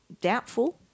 Doubtful